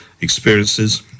experiences